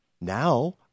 Now